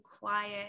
quiet